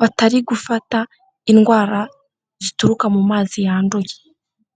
batari gufata indwara zituruka mu mazi yanduye.